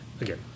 Again